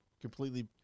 completely